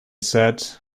said